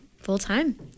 full-time